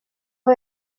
aho